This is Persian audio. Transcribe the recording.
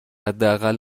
حداقل